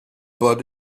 but